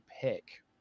pick